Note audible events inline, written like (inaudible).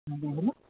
(unintelligible)